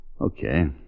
Okay